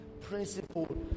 principle